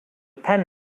pen